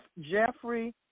Jeffrey